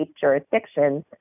jurisdictions